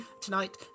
tonight